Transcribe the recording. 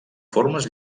formes